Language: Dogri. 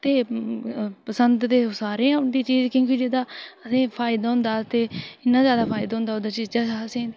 ते पसंद ते सारें गी औंदी चीज़ क्योंकि ओह्दा असेंगी फायदा होंदा ते इन्ना जादा फायदा होंदा उस चीज दा असेंगी ते